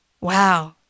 wow